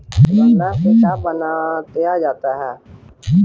गान्ना से का बनाया जाता है?